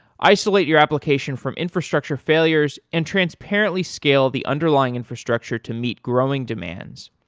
isolate your application from infrastructure failures and transparently scale the underlying infrastructure to meet growing demands,